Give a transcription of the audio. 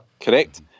correct